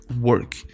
work